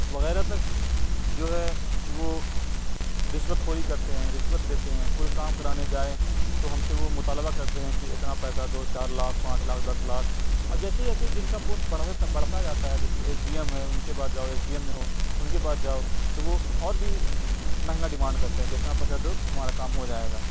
وغیرہ تک جو ہے وہ رشوت خوری کرتے ہیں رشوت لیتے ہیں کوئی کام کرانے جائیں تو ہم سے وہ مطالبہ کرتے ہیں کہ اتنا پیسہ دو چار لاکھ پانچ لاکھ دس لاکھ اور جیسے جیسے جن کا پوسٹ بڑھتا جاتا ہے جیسے ایس ڈی ایم ہیں ان کے پاس جاؤ ایس ڈی ایم ہوں ان کے پاس جاؤ تو وہ اور بھی مہنگا ڈمانڈ کرتے ہیں کہ اتنا پیسہ دو تمہارا کام ہو جائے گا